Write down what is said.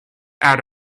out